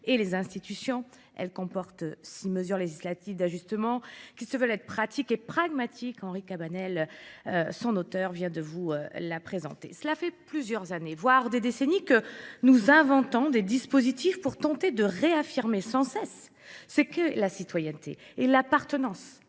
et les institutions. Elle comporte six mesures législatives d'ajustement qui se veulent être pratiques et pragmatiques. Henri Cabanel, son auteur, vient de vous la présenter. plusieurs années, voire des décennies, que nous inventons des dispositifs pour tenter de réaffirmer sans cesse, c'est que la citoyenneté et l'appartenance